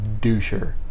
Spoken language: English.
doucher